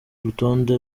rutonde